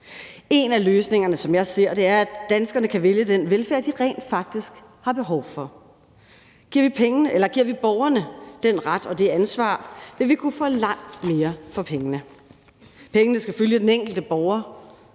En af løsningerne, som jeg ser det, er, at danskerne kan vælge den velfærd, de rent faktisk har behov for. Giver vi borgerne den ret og det ansvar, vil vi kunne få langt mere for pengene. Pengene skal følge den enkelte borger.